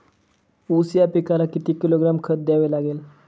ऊस या पिकाला किती किलोग्रॅम खत द्यावे लागेल?